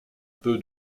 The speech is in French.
peu